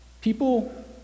people